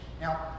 Now